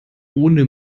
ohne